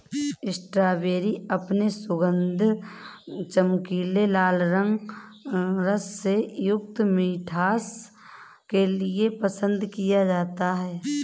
strawberry अपने सुगंध, चमकीले लाल रंग, रस से युक्त मिठास के लिए पसंद किया जाता है